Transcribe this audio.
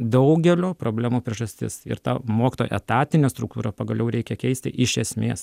daugelio problemų priežastis ir tą mokytojo etatinę struktūrą pagaliau reikia keisti iš esmės